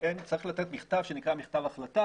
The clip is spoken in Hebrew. צריך לתת מכתב שנקרא מכתב החלטה